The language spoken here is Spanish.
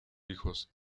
hijos